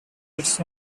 its